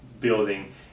building